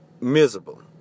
miserable